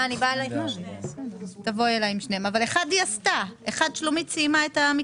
מקבץ אחד שלומית סיימה.